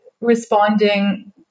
responding